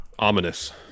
Ominous